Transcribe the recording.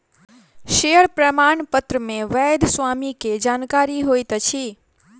share प्रमाणपत्र मे वैध स्वामी के जानकारी होइत अछि